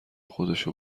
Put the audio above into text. خودشو